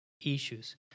issues